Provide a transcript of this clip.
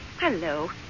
Hello